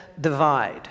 divide